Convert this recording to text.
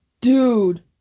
Dude